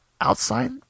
outside